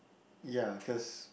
ya cause